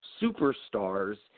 superstars